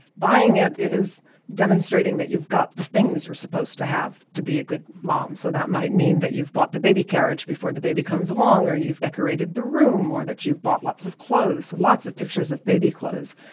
buying it is demonstrating that you've got the things you're supposed to have to be a good mom. so that might mean that you've bought the baby carriage before the baby comes along or you've decorated the room or that you've bought lots of clothes. so, lots of pictures of baby clothes.